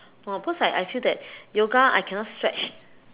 no because I I feel that yoga I cannot stretch